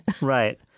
Right